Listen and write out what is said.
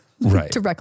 Right